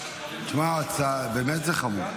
תשמע, זה באמת חמור.